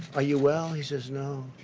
are you well, he says no.